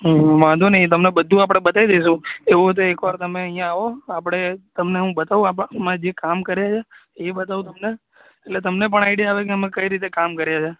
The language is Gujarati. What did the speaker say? હં વાંધો નહીં તમને બધું આપણે બતાવી દઈશું એવું હોય તો એકવાર તમે અહીંયા આવો આપણે તમને હું બતાવું અમે જે કામ કરીએ છીએ એ બતાવું તમને એટલે તમને પણ આઇડિયા આવે કે અમે કઈ રીતે કામ કરીએ છીએ